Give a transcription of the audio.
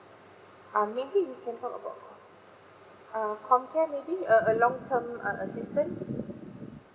um maybe we can talk about err comcare maybe a a long term uh assistance